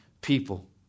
people